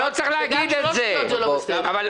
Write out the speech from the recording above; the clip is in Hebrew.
גם שלוש תביעות זה לא בסדר,